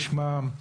יש מע"מ,